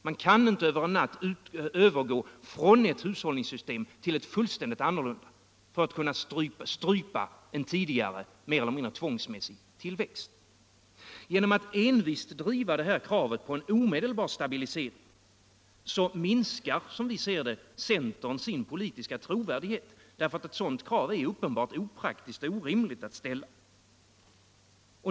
Man kan inte över en natt övergå från ett hushållningssystem till ett helt annat för att strypa en tidigare mer eller mindre tvångsmässig tillväxt. Genom att envist driva kravet på en omedelbar stabilisering minskar, som vi ser det, centern sin politiska trovärdighet, eftersom ett sådant krav är uppenbart opraktiskt och orimligt.